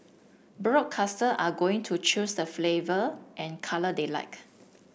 broadcaster are going to choose the flavour and colour they like